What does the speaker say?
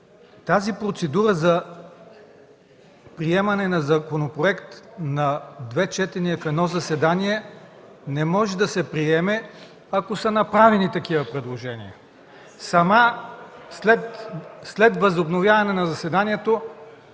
Тази процедура за приемане на законопроект на две четения в едно заседание не може да се приеме, ако са направени такива предложения. След възобновяване на заседанието